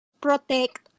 protect